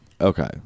Okay